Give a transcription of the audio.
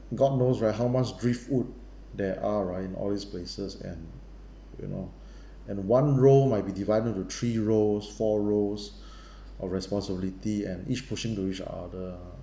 god knows right how much driftwood there are right in all these places and you know and one role might be divided into three roles four roles of responsibility and each pushing to each other